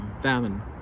famine